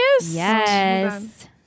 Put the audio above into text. Yes